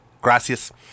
Gracias